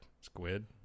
squid